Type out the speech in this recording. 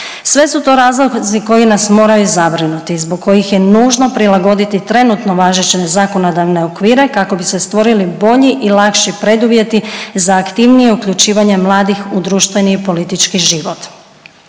Sve su to razlozi koji nas moraju zabrinuti zbog kojih je nužno prilagoditi trenutno važeće zakonodavne okvire kako bi se stvorili bolji i lakši preduvjeti za aktivnije uključivanje mladih u društveni i politički život.